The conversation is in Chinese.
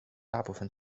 大部份